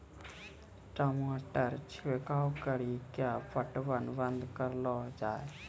टमाटर छिड़काव कड़ी क्या पटवन बंद करऽ लो जाए?